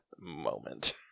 moment